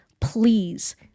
please